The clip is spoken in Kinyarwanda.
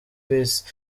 peas